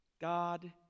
God